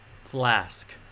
Flask